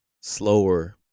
slower